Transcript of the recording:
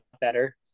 better